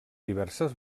diverses